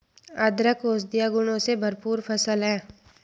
अदरक औषधीय गुणों से भरपूर फसल है